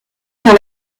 par